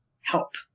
help